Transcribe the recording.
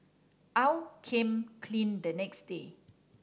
aw came clean the next day